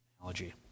analogy